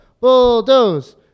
Bulldoze